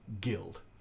guild